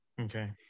Okay